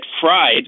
fried